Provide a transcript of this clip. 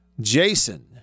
Jason